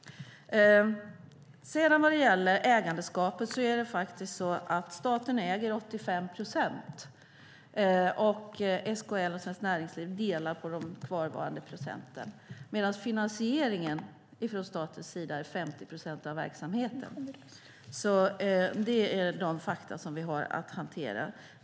Vad gäller ägarskapet är det så att staten äger 85 procent och SKL och Svenskt Näringsliv delar på de kvarvarande procenten. Men bara 50 procent av verksamheten finansieras av staten. Det är fakta vi har att hantera.